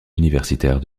universitaire